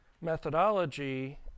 methodology